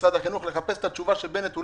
במשרד החינוך לחפש את התשובה של בנט.